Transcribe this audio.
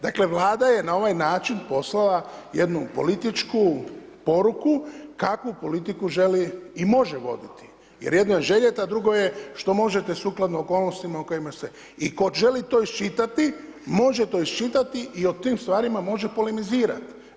Dakle, Vlada je na ovaj način poslala jednu političku poruku, kakvu politiku želi i može voditi jer jedno je željeti, a drugo je što možete sukladno okolnostima u kojima ste i tko želi to isčitati, može to isčitati i o tim stvarima može polemizirati.